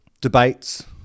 debates